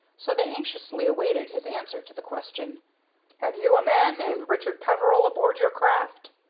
so they anxiously awaited his answer to the question have you a man named richard peveril aboard your craft?